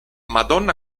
madonna